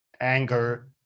anger